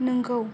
नोंगौ